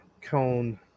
cone